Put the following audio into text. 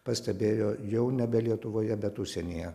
pastebėjo jau nebe lietuvoje bet užsienyje